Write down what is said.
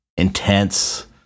intense